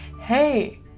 hey